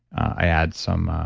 i add some